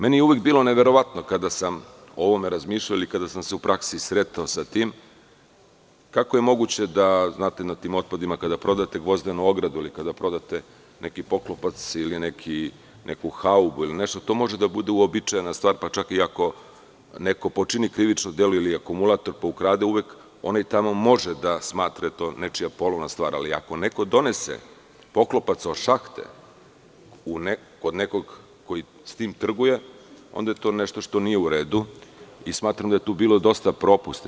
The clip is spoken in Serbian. Meni je uvek bilo neverovatno kada sam o ovome razmišljao ili kada sam se u praksi sretao sa tim, kako je moguće na tim otpadima kada prodate gvozdenu ogradu ili kada prodate neki poklopac, ili neku haubu ili nešto, to može da bude uobičajena stvar, pa čak i ako neko počini krivično delo ili akumulator, pa ukrade, uvek onaj tamo može da smatra da je to nečija polovna stvar, ali ako neko donese poklopac od šahte kod nekoga ko sa tim trguje, onda je to nešto što nije u redu i smatram da je tu bilo dosta propusta.